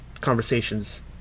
conversations